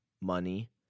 money